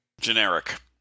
generic